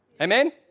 Amen